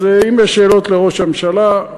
אז אם יש שאלות לראש הממשלה,